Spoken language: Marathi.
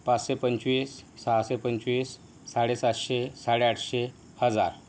पाचशे पंचवीस सहाशे पंचवीस साडे सातशे साडे आठशे हजार